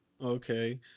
Okay